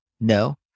No